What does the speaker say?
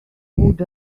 would